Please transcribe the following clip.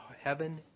heaven